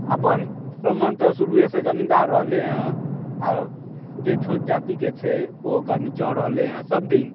अपन ब्राह्मण तऽ शुरुएसँ जमीन्दार रहलय हँ आ जे छोट जातिके छै ओ ओकर नीचाँ रहलय हँ सभ दिन